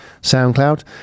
SoundCloud